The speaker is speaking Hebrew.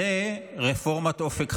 זו רפורמת אופק חדש.